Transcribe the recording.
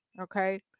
Okay